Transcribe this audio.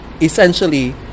essentially